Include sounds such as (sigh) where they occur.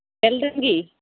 (unintelligible)